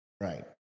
Right